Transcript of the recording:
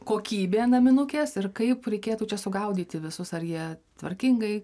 kokybė naminukės ir kaip reikėtų čia sugaudyti visus ar jie tvarkingai